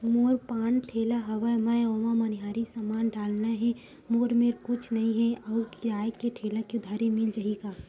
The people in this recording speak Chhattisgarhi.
मोर पान ठेला हवय मैं ओमा मनिहारी समान डालना हे मोर मेर कुछ नई हे आऊ किराए के ठेला हे उधारी मिल जहीं का?